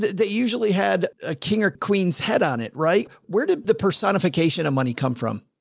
they usually had a king or queen's head on it. right. where did the personification of money come from?